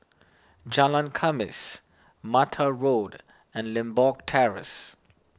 Jalan Khamis Mata Road and Limbok Terrace